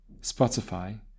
Spotify